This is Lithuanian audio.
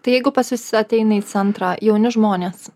tai jeigu pas jus ateina į centrą jauni žmonės